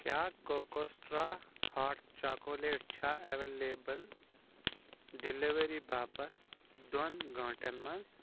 کیٛاہ کوکو سٹرٛا hot chocolate چھا ایویلیبل ڈیلیوری باپتھ دۄن گٲنٛٹَن منٛز